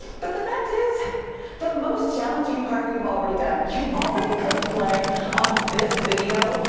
but the fact is the most challenging part you've already done. you already clicked play on this video.